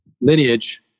lineage